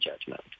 judgment